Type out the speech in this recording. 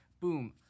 boom